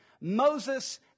Moses